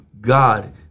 God